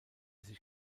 sich